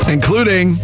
Including